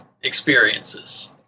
experiences